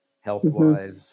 Health-wise